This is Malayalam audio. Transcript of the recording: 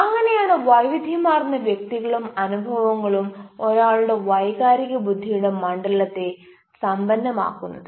അങ്ങനെയാണ് വൈവിധ്യമാർന്ന വ്യക്തികളും അനുഭവങ്ങളും ഒരാളുടെ വൈകാരിക ബുദ്ധിയുടെ മണ്ഡലത്തെ സമ്പന്നമാക്കുന്നത്